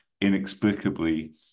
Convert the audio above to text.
inexplicably